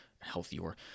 healthier